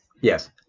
Yes